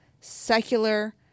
secular